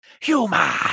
human